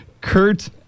Kurt